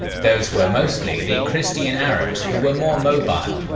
those were mostly the christian arabs who were more mobile,